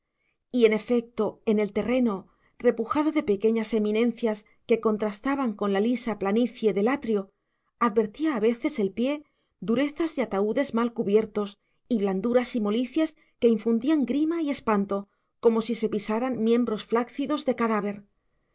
y en efecto en el terreno repujado de pequeñas eminencias que contrastaban con la lisa planicie del atrio advertía a veces el pie durezas de ataúdes mal cubiertos y blanduras y molicies que infundían grima y espanto como si se pisaran miembros flácidos de cadáver